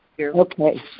okay